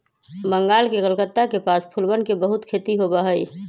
बंगाल के कलकत्ता के पास फूलवन के बहुत खेती होबा हई